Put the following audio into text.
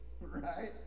right